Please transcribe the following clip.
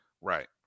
Right